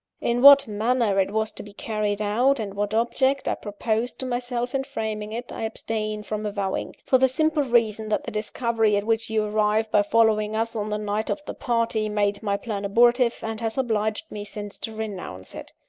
in what manner it was to be carried out, and what object i proposed to myself in framing it, i abstain from avowing for the simple reason that the discovery at which you arrived by following us on the night of the party, made my plan abortive, and has obliged me since to renounce it.